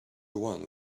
one